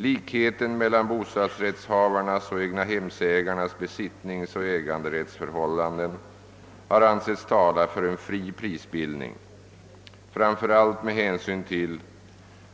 Likheten mellan bostadsrättshavarnas och egnahemsägarnas besittningsoch äganderättsförhållanden har ansetts tala för en fri prisbildning, framför allt med hänsyn till